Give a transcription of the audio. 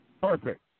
Perfect